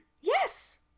Yes